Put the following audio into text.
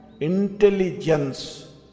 intelligence